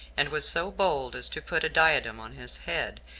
and was so bold as to put a diadem on his head,